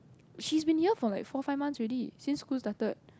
she's been here for like four five months already since school started